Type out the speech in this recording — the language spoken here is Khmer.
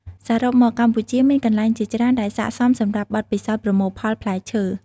សរុបមក កម្ពុជាមានកន្លែងជាច្រើនដែលស័ក្តិសមសម្រាប់បទពិសោធន៍ប្រមូលផលផ្លែឈើ។